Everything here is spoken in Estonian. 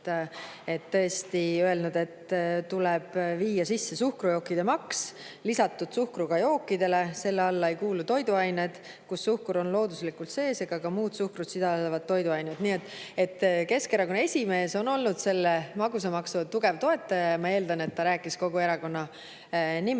tõesti öelnud, et tuleb viia sisse suhkrujookide maks lisatud suhkruga jookidele. Selle alla ei kuulu toiduained, kus suhkur on looduslikult sees, ega ka muud suhkrut sisaldavad toiduained. Nii et Keskerakonna esimees on olnud magusamaksu tugev toetaja ja ma eeldan, et ta rääkis kogu erakonna nimel. Kui